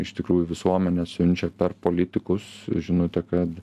iš tikrųjų visuomenė siunčia per politikus žinutę kad